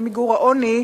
של היום למיגור העוני,